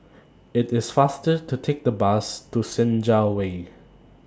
IT IS faster to Take The Bus to Senja Way